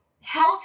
Health